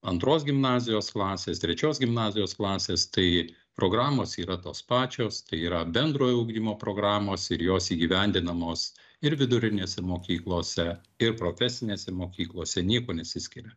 antros gimnazijos klasės trečios gimnazijos klasės tai programos yra tos pačios tai yra bendrojo ugdymo programos ir jos įgyvendinamos ir vidurinėse mokyklose ir profesinėse mokyklose niekuo nesiskiria